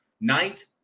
Night